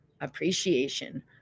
appreciation